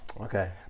Okay